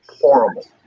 horrible